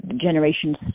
generations